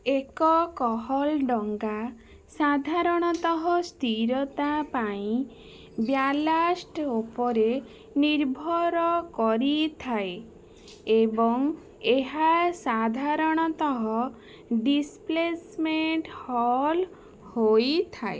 ଏକକହଲ ଡଙ୍ଗା ସାଧାରଣତଃ ସ୍ଥିରତା ପାଇଁ ବ୍ୟାଲାଷ୍ଟ୍ ଉପରେ ନିର୍ଭର କରିଥାଏ ଏବଂ ଏହା ସାଧାରଣତଃ ଡିସପ୍ଲେସମେଣ୍ଟ୍ ହଲ୍ ହୋଇଥାଏ